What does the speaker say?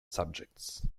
subjects